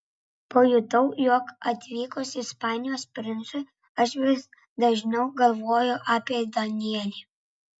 pajutau jog atvykus ispanijos princui aš vis dažniau galvoju apie danielį